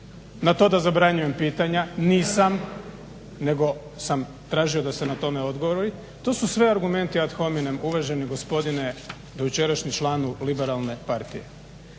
Na to da zabranjujem pitanja, nisam nego sam tražio da se na tome odgovori. To su sve argumenti ad hominem uvaženi gospodine dojučerašnji članu liberalne partije.